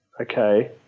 okay